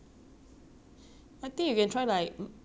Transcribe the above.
bab~ millennial pink